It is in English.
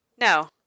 No